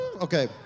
Okay